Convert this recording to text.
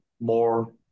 more